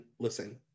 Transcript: listen